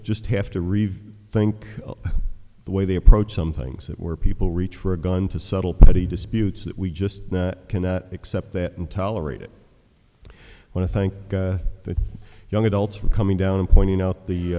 just have to revamp the way they approach some things that where people reach for a gun to settle petty disputes that we just cannot except that and tolerate it when i thank the young adults for coming down and pointing out the